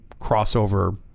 crossover